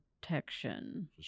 protection